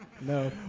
No